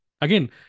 Again